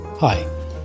Hi